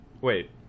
Wait